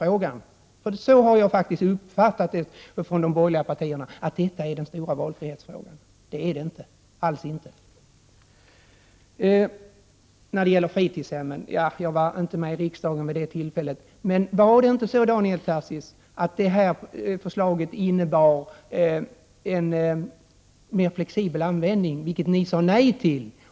Jag har faktiskt uppfattat det så att dessa frågor från de borgerliga partierna betraktas som de största frågorna när det gäller valfrihet. Så är det inte alls! Vad gäller fritidshemmen vill jag framhålla att jag inte var med i riksdagen vid det tillfälle då det aktuella beslutet togs. Men var det inte så, Daniel Tarschys, att det förslaget innebar en mer flexibel användning av resurserna, vilket ni sade nej till?